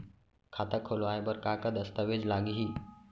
खाता खोलवाय बर का का दस्तावेज लागही?